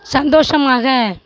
சந்தோஷமாக